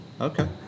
Okay